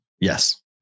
Yes